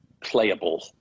playable